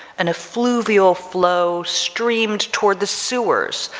an effluvial flow streamed toward the sewers,